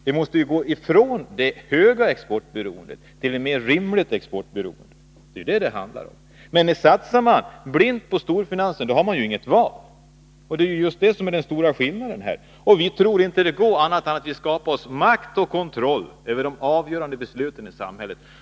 Vi måste gå ifrån detta höga exportberoende till ett mer rimligt exportberoende. Det är ju det det handlar om. Men satsar man blint på storfinansen, har man inget val. Det är just detta som är den stora skillnaden. Vi tror inte att det går på annat sätt än genom att vi skaffar oss makt och kontroll över de avgörande besluten i samhället.